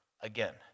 again